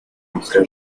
austria